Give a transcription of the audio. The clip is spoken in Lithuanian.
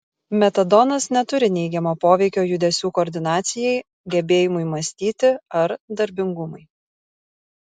metadonas neturi neigiamo poveikio judesių koordinacijai gebėjimui mąstyti ar darbingumui